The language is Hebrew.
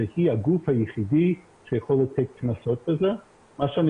שהיא הגוף היחידי שיכול לתת קנסות בנושא הזה.